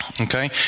Okay